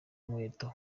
inkweto